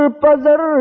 pazar